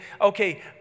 okay